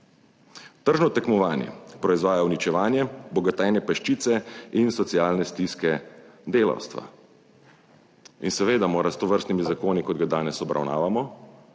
Tržno tekmovanje proizvaja uničevanje, bogatenje peščice in socialne stiske delavstva. In seveda mora s tovrstnimi zakoni, kot ga danes obravnavamo